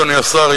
אדוני השר,